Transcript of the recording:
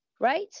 Right